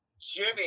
Jimmy